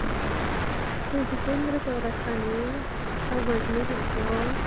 हय थंय जितेंद्र सर आसता न्हीं तो व्हड न्हीं थेयचो